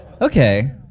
Okay